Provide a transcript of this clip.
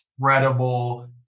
incredible